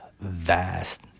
vast